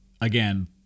again